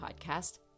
podcast